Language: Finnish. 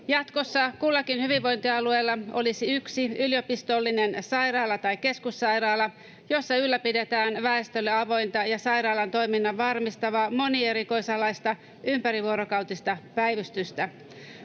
Jatkossa kullakin hyvinvointialueella olisi yksi yliopistollinen sairaala tai keskussairaala, jossa ylläpidetään väestölle avointa ja sairaalan toiminnan varmistavaa monierikoisalaista ympärivuorokautista päivystystä.